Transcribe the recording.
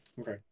Okay